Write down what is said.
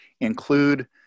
include